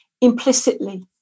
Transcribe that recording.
implicitly